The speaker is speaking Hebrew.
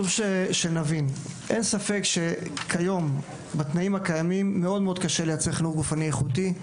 אין ספק שכיום בתנאים הקיימים קשה מאוד לייצר חינוך גופני איכותי.